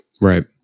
Right